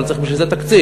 אבל צריך בשביל זה תקציב,